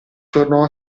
tornò